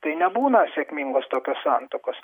tai nebūna sėkmingos tokios santuokos